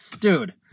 Dude